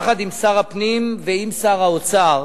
יחד עם שר הפנים ועם שר האוצר,